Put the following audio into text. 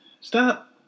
stop